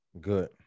Good